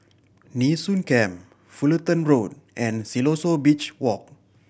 Nee Soon Camp Fullerton Road and Siloso Beach Walk